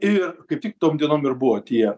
ir kaip tik tom dienom ir buvo tie